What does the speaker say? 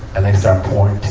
and they start pouring